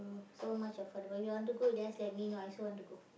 so much affordable you want to go just let me know I also want to go